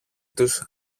τους